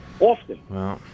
Often